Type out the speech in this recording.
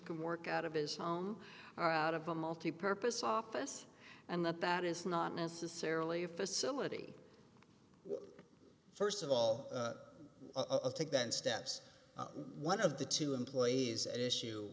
can work out of his home or out of a multi purpose office and that that is not necessarily a facility first of all of take that steps one of the two employees at issue